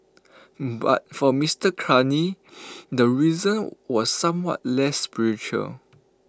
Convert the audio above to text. but for Mister Carney the reason was somewhat less spiritual